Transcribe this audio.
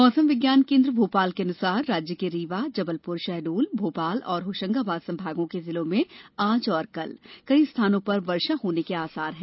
मौसम विज्ञान केन्द्र भोपाल के अनुसार राज्य के रीवा जबलपुर शहडोल भोपाल और होशंगाबाद संभागों के जिलों में आज और कल कई स्थानों पर वर्षा होने के आसार हैं